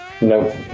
no